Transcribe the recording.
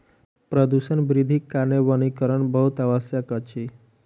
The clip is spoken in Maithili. प्रदूषण वृद्धिक कारणेँ वनीकरण बहुत आवश्यक अछि